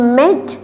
met